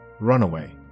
Runaway